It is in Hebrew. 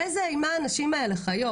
באיזה אימה הנשים האלה חיות,